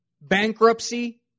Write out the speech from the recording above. bankruptcy